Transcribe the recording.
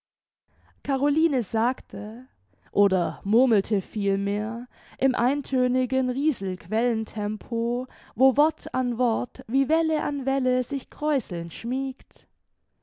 caroline sagte oder murmelte vielmehr im eintönigen riesel quellen tempo wo wort an wort wie welle an welle sich kräuselnd schmiegt